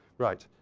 right.